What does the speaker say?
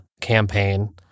campaign